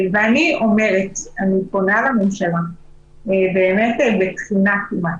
אני פונה לממשלה בתחינה כמעט,